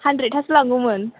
हान्ड्रेटासो लांगौमोन